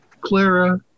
Clara